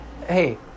hey